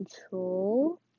control